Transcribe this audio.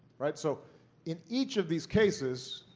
right? so in each of these cases,